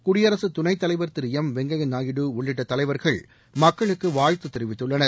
குடியரசு துணைத் தலைவர் திரு எம் வெங்கய்யா நாயுடு உள்ளிட்ட தலைவர்கள் மக்களுக்கு வாழ்த்து தெரிவித்துள்ளனர்